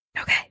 Okay